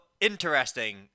interesting